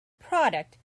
product